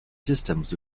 systems